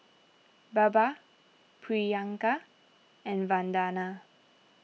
Baba Priyanka and Vandana